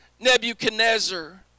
Nebuchadnezzar